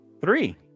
three